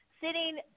sitting